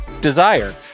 Desire